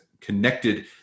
connected